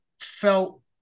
felt